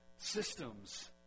Systems